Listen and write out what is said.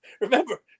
remember